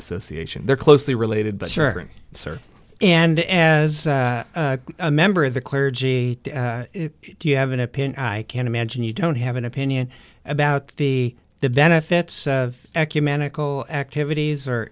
association they're closely related but sure sir and as a member of the clergy do you have an opinion i can't imagine you don't have an opinion about the way the benefits of ecumenical activities are